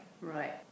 Right